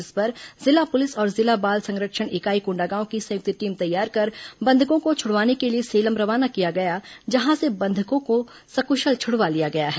जिस पर जिला पुलिस और जिला बाल संरक्षण इकाई कोंडागांव की संयुक्त टीम तैयार कर बंधकों को छुड़वाने के लिए सेलम रवाना किया गया जहां से बंधकों को सकुशल छुड़वा लिया गया है